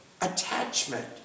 attachment